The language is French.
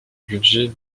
budget